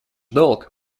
долг